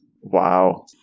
Wow